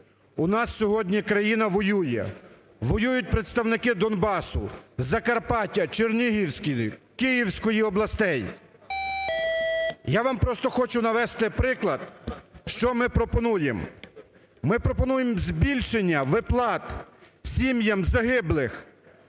У нас сьогодні країна воює. Воюють представники Донбасу, Закарпаття, Чернігівської, Київської областей. Я вам просто хочу навести приклад, що ми пропонуємо. Ми пропонуємо збільшення виплат сім'ям загиблих,